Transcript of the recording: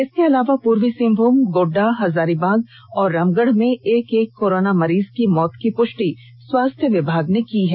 इसके अलावा पूर्वी सिंहभूम गोड्डा हजारीबाग और रामगढ़ में एक एक कोरोना मरीज की मौत की पुष्टि स्वास्थ्य विभाग ने की है